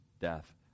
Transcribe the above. death